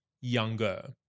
younger